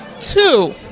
two